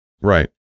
Right